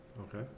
Okay